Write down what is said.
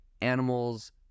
animals